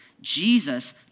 jesus